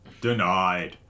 Denied